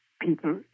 people